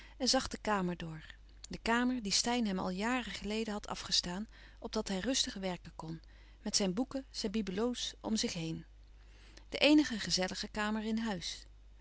en zag de kamer door de kamer die steyn hem al jaren geleden had afgestaan opdat hij rustig werken kon met zijn boeken zijn bibelots om zich heen de eenige gezellige kamer in huis